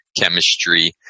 chemistry